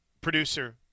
producer